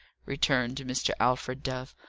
returned mr. alfred dove.